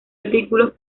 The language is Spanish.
artículos